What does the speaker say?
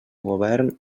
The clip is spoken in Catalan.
govern